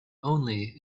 only